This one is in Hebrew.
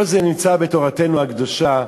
כל זה נמצא בתורתנו הקדושה,